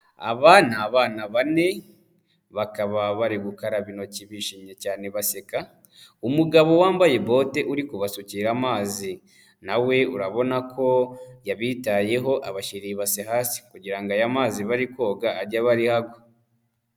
Aba ni abana bane bakaba bari gukaraba intoki bishimye cyane baseka, umugabo wambaye bote uri kubasukira amazi na we urabona ko yabitayeho abashyirira ibase hasi kugira ngo aya mazi bari koga age aba ari ho agwa.